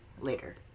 later